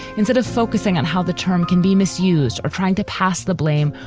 instead of focusing on how the term can be misused or trying to pass the blame,